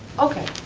okay,